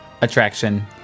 attraction